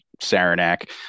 Saranac